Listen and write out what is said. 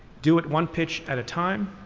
do it one pitch at a time,